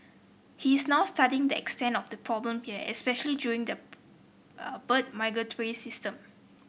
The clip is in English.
he is now studying the extent of the problem here especially during the bird migratory season